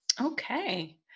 Okay